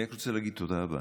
אני רק רוצה להגיד תודה רבה,